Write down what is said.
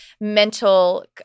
mental